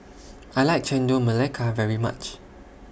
I like Chendol Melaka very much